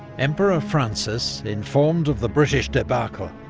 emperor francis, informed of the british debacle,